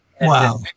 Wow